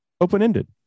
open-ended